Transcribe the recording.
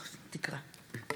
אינו נוכח איציק